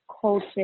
culture